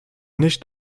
nicht